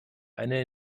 eine